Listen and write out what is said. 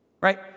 Right